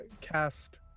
cast